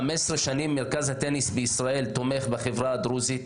כבר 15 שנים מרכז הטניס תומך בחברה הדרוזית